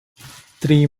three